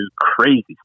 crazy